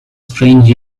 strange